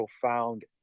profound